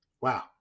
wow